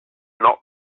not